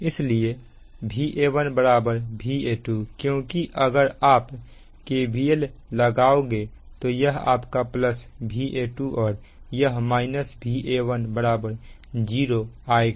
इसलिए Va1 Va2 क्योंकि अगर आप KVL लगाओगे तो यह आपका प्लस Va2 और यह Va1 0आएगा